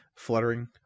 fluttering